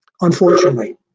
unfortunately